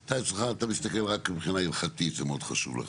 אתה מסתכל רק מבחינת הלכתית, זה מאוד חשוב לך.